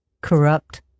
corrupt